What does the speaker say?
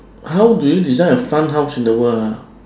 how do you design a fun house in the world ah